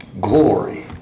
Glory